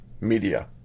media